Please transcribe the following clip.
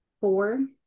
four